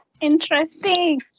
Interesting